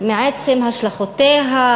מעצם השלכותיה,